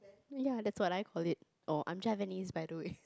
ya that's what I called it orh I'm Javanese by the way